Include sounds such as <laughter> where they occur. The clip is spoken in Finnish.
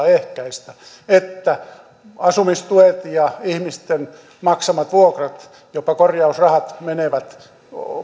<unintelligible> ehkäistä se että asumistuet ja ihmisten maksamat vuokrat jopa korjausrahat menevät